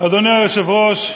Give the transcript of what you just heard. אדוני היושב-ראש,